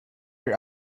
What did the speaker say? your